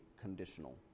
conditional